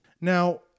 Now